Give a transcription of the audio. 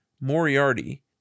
Moriarty